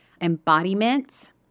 embodiment